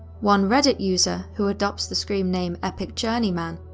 one reddit user, who adopts the screenname epicjourneyman,